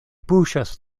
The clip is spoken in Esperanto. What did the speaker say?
puŝas